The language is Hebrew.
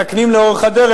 מתקנים לאורך הדרך.